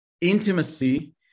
Intimacy